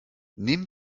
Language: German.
nehmen